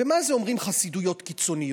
ומה זה שאומרים חסידויות קיצוניות?